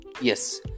Yes